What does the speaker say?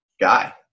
guy